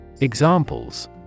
Examples